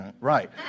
right